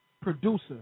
producer